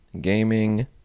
gaming